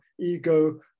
ego